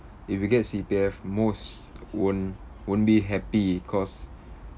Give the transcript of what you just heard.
if you get C_P_F most won't won't be happy cause